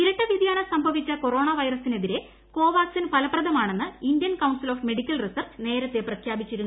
ഇരട്ട വൃതിയാനം സംഭവിച്ച കൊറോണ വൈറസിന് എതിരെ കോവാക്സിൻ ഫലപ്രദമാണെന്ന് Indian council of medical research നേരത്തെ പ്രഖ്യാപിച്ചിരുന്നു